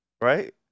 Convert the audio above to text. right